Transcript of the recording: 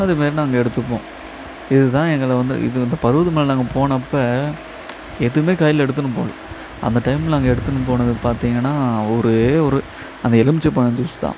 அதுமாரி நாங்கள் எடுத்துப்போம் இது தான் எங்களை வந்து இது வந்து பருவதமலை நாங்கள் போனப்போ எதுவுமே கையில் எடுத்துனு போல அந்த டைம்ல நாங்கள் எடுத்துனு போனது பார்த்திங்கன்னா ஒரே ஒரு அந்த எலுமிச்சம் பழம் ஜூஸ் தான்